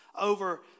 over